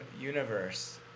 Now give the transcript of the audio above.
Universe